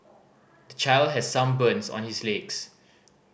the child has some burns on his legs